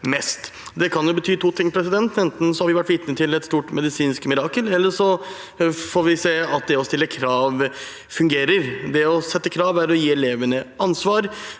Det kan bety to ting: Enten har vi vært vitne til et stort medisinsk mirakel, eller vi ser at det å stille krav fungerer. Å stille krav er å gi elevene ansvar